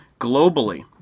globally